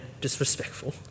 disrespectful